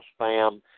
spam